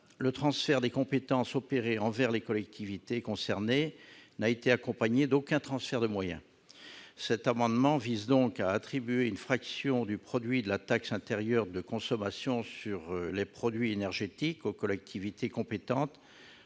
le transfert de compétences envers les collectivités concernées n'a été accompagné d'aucun transfert de moyens. Cet amendement vise donc à attribuer une fraction du produit de la taxe intérieure de consommation sur les produits énergétiques aux collectivités compétentes